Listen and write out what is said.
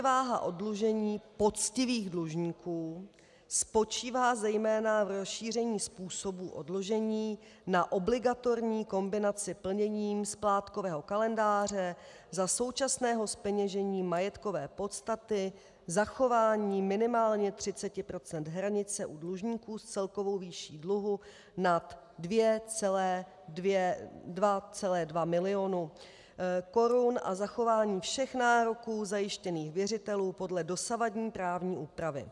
Protiváha oddlužení poctivých dlužníků spočívá zejména v rozšíření způsobů oddlužení na obligatorní kombinaci plněním splátkového kalendáře za současného zpeněžení majetkové podstaty, zachování minimálně 30% hranice u dlužníků s celkovou výší dluhu nad 2,2 milionu korun a zachování všech nároků zajištěných věřitelů podle dosavadní právní úpravy.